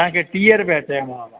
तव्हांखे टीह रुपए चयोमांव